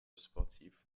sportif